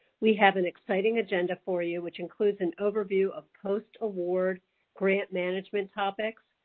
we have an exciting agenda for you, which includes an overview of post award grant management topics,